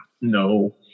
No